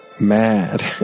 mad